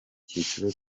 cyiciro